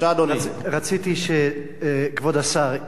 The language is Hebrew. רציתי שכבוד השר,